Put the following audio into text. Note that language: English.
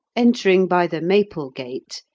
entering by the maple gate,